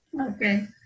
Okay